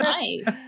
Nice